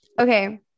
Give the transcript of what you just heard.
Okay